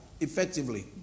effectively